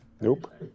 Nope